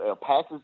passes